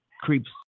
creeps